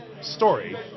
story